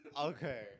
Okay